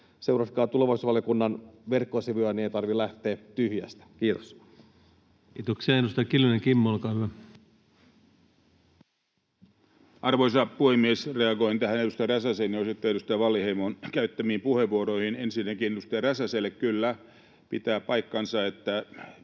seuratkaa tulevaisuusvaliokunnan verkkosivuja, niin ei tarvitse lähteä tyhjästä. — Kiitos. [Sari Tanus: Hyvä!] Kiitoksia. — Edustaja Kiljunen, Kimmo, olkaa hyvä! Arvoisa puhemies! Reagoin edustaja Räsäsen ja osittain edustaja Wallinheimon käyttämään puheenvuoroon. Ensinnäkin edustaja Räsäselle: Kyllä, pitää paikkansa, että